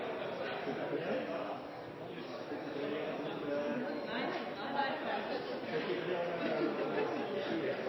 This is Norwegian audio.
president